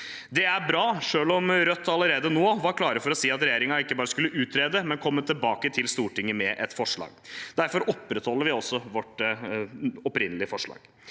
Det er bra, selv om Rødt allerede nå var klare for å si at regjeringen ikke bare skulle utrede, men komme tilbake til Stortinget med et forslag. Derfor opprettholder vi også vårt opprinnelige forslag.